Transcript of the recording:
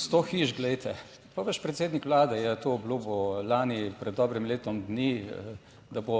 Sto hiš, glejte. Vaš predsednik vlade je to obljubil lani pred dobrim letom dni. Da bo